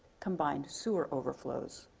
combined sewer overflows.